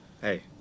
Hey